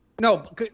No